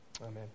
Amen